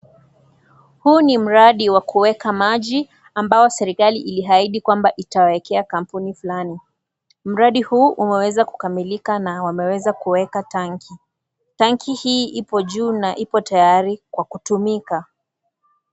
Huu ni mradi wa kuweka maji ambao serikali ilihaidi kwamba itawekea kampuni fulani, mradi huu umeweza kukamilika na wameweza kuweka tanki, tanki hii ipo tayari na ipo tayari kwa kutumika.